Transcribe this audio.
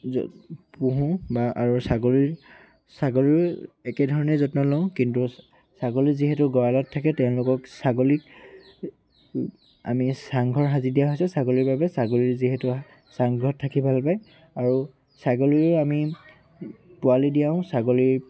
পুহোঁ বা আৰু ছাগলীৰ ছাগলীৰ একেধৰণে যত্ন লওঁ কিন্তু ছাগলী যিহেতু গঁৰালত থাকে তেওঁলোকক ছাগলীক আমি চাংঘৰ সাজি দিয়া হৈছে ছাগলীৰ বাবে ছাগলীৰ যিহেতু চাংঘৰত থাকি ভাল পায় আৰু ছাগলীৰো আমি পোৱালি দিয়াওঁ ছাগলীৰ